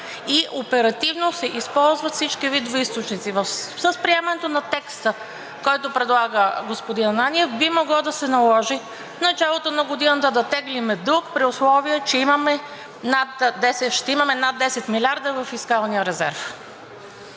и оперативно се използват всички видове източници. С приемането на текста, който предлага господин Ананиев би могло да се наложи в началото на годината да теглим дълг, при условие че ще имаме над 10 милиарда във фискалния резерв.